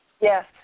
Yes